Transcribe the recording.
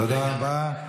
תודה רבה.